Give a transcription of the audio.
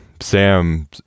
Sam